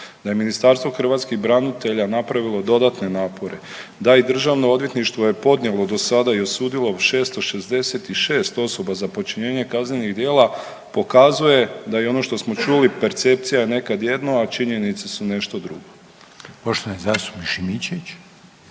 da je Ministarstvo hrvatskih branitelja napravilo dodatne napore, da i državno odvjetništvo je podnijelo do sada i osudilo 666 osoba za počinjenje kaznenih djela pokazuje da i ono što smo čuli percepcija je nekad jedno, a činjenice su nešto drugo. **Reiner,